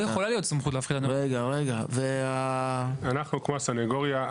אנחנו כמו הסניגוריה.